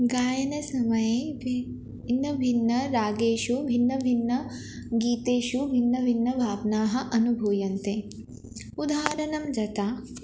गायनसमये भिन्नाः भिन्नभिन्नरागेषु भिन्नभिन्नेषु गीतेषु भिन्नभिन्नभावनाः अनुभूयन्ते उदाहरणं यथा